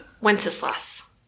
Wenceslas